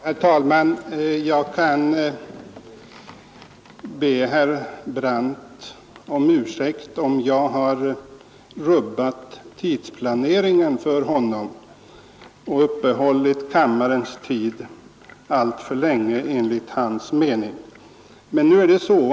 Herr talman! Jag kan be herr Brandt om ursäkt om jag har rubbat tidsplaneringen för honom och enligt hans mening uppehållit kammaren alltför länge.